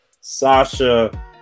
Sasha